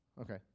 Okay